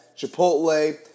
Chipotle